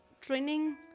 training